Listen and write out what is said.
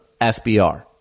SBR